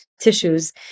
tissues